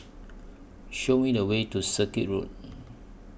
Show Me The Way to Circuit Road